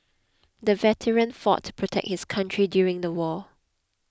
the veteran fought to protect his country during the war